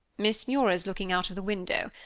miss muir is looking out of the window.